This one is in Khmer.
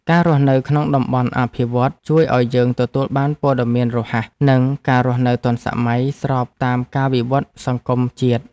ការរស់នៅក្នុងតំបន់អភិវឌ្ឍន៍ជួយឱ្យយើងទទួលបានព័ត៌មានរហ័សនិងការរស់នៅទាន់សម័យស្របតាមការវិវត្តសង្គមជាតិ។